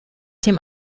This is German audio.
dem